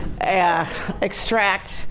extract